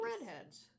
redheads